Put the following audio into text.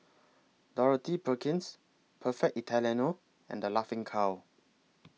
Dorothy Perkins Perfect Italiano and The Laughing Cow